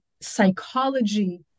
psychology